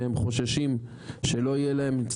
שהם חוששים שלא יהיה להם.